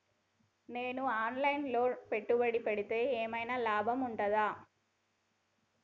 నేను online లో పెట్టుబడులు పెడితే ఏమైనా లాభం ఉంటదా?